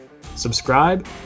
Subscribe